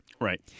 Right